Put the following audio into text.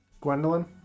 Gwendolyn